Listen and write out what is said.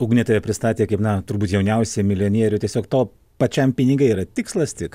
ugnė tave pristatė kaip na turbūt jauniausią milijonierių tiesiog tau pačiam pinigai yra tikslas tik